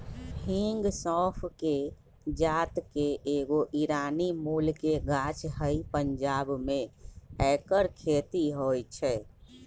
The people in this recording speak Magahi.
हिंग सौफ़ कें जात के एगो ईरानी मूल के गाछ हइ पंजाब में ऐकर खेती होई छै